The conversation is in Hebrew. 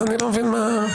אז אני לא מבין מה הבעיה.